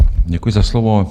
Děkuji za slovo.